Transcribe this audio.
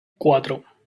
cuatro